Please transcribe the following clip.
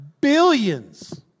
billions